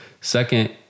Second